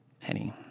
Penny